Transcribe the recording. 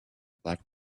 black